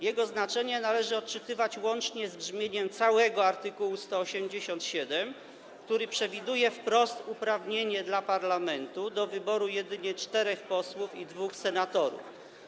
Jego znaczenie należy odczytywać łącznie z brzmieniem całego art. 187, który przewiduje wprost uprawnienie parlamentu do wyboru jedynie czterech posłów i dwóch senatorów.